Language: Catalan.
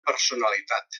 personalitat